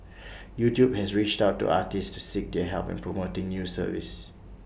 YouTube has reached out to artists to seek their help in promoting new service